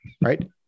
right